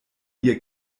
ihr